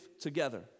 together